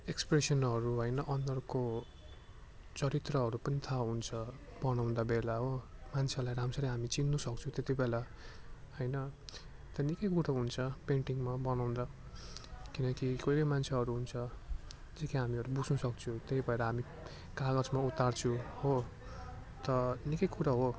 एक्सप्रेसनहरू होइन अनुहारको चरित्रहरू पनि थाह हुन्छ बनाउँदा बेला हो मान्छेलाई राम्ररी हामी चिन्नुसक्छौँ त्यति बेला होइन त्यहाँ निकै कुरो हुन्छ पेन्टिङमा बनाउँदा किनकि कोही कोही मान्छेहरू हुन्छ जो कि हामीहरू बुझ्नुसक्छौँ त्यही भएर हामी कागजमा उतार्छौँ हो त निकै कुरा हो